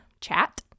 chat